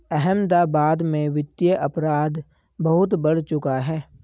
अहमदाबाद में वित्तीय अपराध बहुत बढ़ चुका है